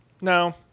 no